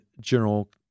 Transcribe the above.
General